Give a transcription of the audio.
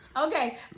okay